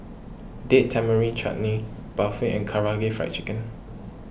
Date Tamarind Chutney Barfi and Karaage Fried Chicken